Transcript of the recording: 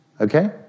Okay